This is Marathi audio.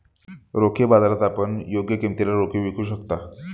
रोखे बाजारात आपण योग्य किमतीला रोखे विकू शकता